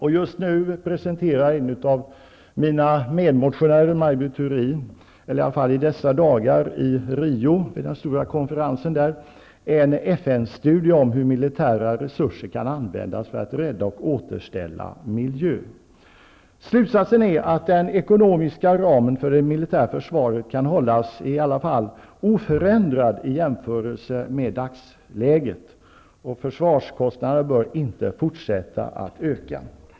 I dessa dagar presenterar en av mina medmotionärer, Maj Britt Theorin, vid den stora konferensen i Rio en FN-studie om hur militära resurser kan användas för att rädda och återställa miljön. Slutsatsen är att den ekonomiska ramen för det militära försvaret kan hållas oförändrad i jämförelse med dagsläget. Försvarskostnaderna bör inte fortsätta att öka.